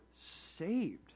saved